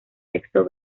sexo